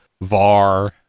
var